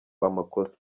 amakosa